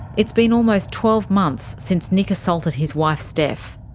it's been almost twelve months since nick assaulted his wife steph.